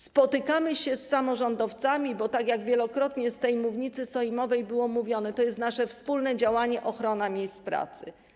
Spotykamy się z samorządowcami, bo tak jak wielokrotnie z tej mównicy sejmowej było mówione, to jest nasze wspólne działanie: ochrona miejsc pracy.